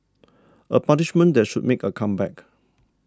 a punishment that should make a comeback